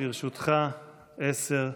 לרשותך עשר דקות.